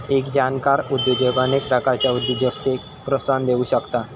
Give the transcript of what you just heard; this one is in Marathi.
एक जाणकार उद्योजक अनेक प्रकारच्या उद्योजकतेक प्रोत्साहन देउ शकता